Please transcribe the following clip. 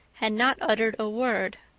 had not uttered a word.